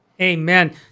Amen